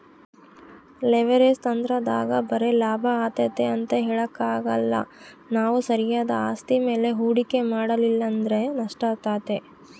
leverage ತಂತ್ರದಾಗ ಬರೆ ಲಾಭ ಆತತೆ ಅಂತ ಹೇಳಕಾಕ್ಕಲ್ಲ ನಾವು ಸರಿಯಾದ ಆಸ್ತಿ ಮೇಲೆ ಹೂಡಿಕೆ ಮಾಡಲಿಲ್ಲಂದ್ರ ನಷ್ಟಾತತೆ